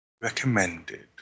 recommended